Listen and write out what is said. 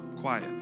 quiet